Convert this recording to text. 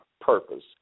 purpose